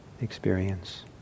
experience